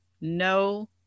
no